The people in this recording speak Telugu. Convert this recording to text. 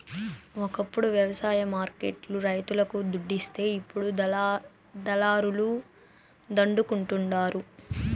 ఒకప్పుడు వ్యవసాయ మార్కెట్ లు రైతులకు దుడ్డిస్తే ఇప్పుడు దళారుల దండుకుంటండారు